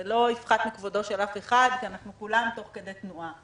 זה לא יפחת מכבודו של אף אחד כי אנחנו כולנו תוך כדי תנועה.